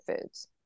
foods